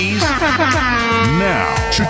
Now